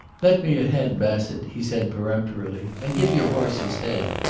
let me ahead, bassett, he said peremptorily. and give your horse his head.